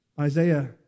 Isaiah